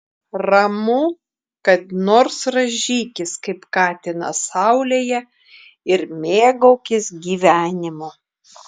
ramu kad nors rąžykis kaip katinas saulėje ir mėgaukis gyvenimu